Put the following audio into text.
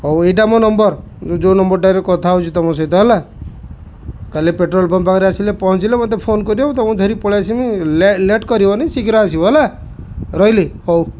ହଉ ଏଇଟା ମୋ ନମ୍ବର ଯେଉଁ ନମ୍ବରଟାରେ କଥା ହଉଛି ତମ ସହିତ ହେଲା କାଲି ପେଟ୍ରୋଲ ପମ୍ପ ପାଖରେ ଆସିଲେ ପହଞ୍ଚିଲେ ମତେ ଫୋନ କରିବ ମୁଁ ତମକୁ ଧରି ପଳେଇ ଆସିବି ଲେଟ୍ କରିବନି ଶୀଘ୍ର ଆସିବ ହେଲା ରହିଲି ହଉ